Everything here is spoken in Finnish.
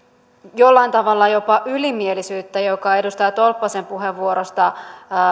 jollain tavalla jopa ylimielisyyttä joka edustaja tolppasen puheenvuorosta